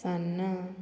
सान्नां